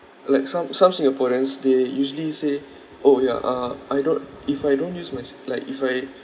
like some some singaporeans they usually say orh ya uh I don't if I don't use my C~ like if I